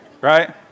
Right